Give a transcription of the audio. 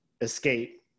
Escape